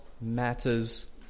matters